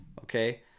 okay